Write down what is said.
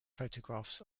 photographs